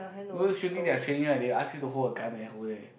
you know this shooting they are training right they ask you to hold a gun eh hold leh